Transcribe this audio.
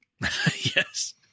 Yes